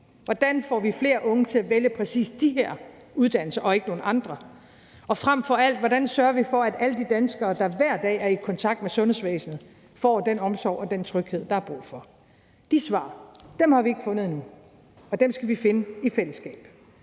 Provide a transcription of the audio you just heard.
Hvordan får vi flere unge til at vælge præcis de her uddannelser og ikke nogle andre? Og frem for alt er det: Hvordan sørger vi for, at alle de danskere, der hver dag er i kontakt med sundhedsvæsenet, får den omsorg og den tryghed, der er brug for? De svar har vi ikke fundet endnu, og dem skal vi finde i fællesskab.